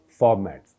formats